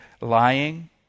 lying